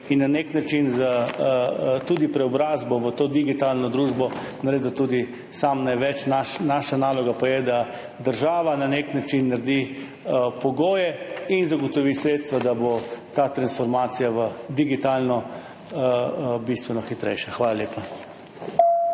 in na nek način tudi s preobrazbo v digitalno družbo naredilo samo največ. Naša naloga pa je, da država na nek način naredi pogoje in zagotovi sredstva, da bo ta transformacija v digitalno bistveno hitrejša. Hvala lepa.